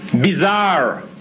bizarre